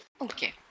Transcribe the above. Okay